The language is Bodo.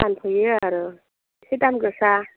फानफैयो आरो बे दाम गोसा